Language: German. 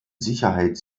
sicherheit